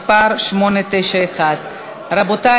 מס' 891. רבותי,